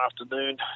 afternoon